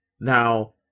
Now